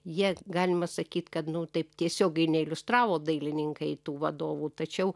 jie galima sakyt kad nu taip tiesiogiai neiliustravo dailininkai tų vadovų tačiau